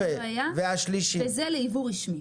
זה ליבוא רשמי.